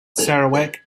sarawak